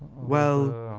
well,